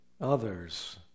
others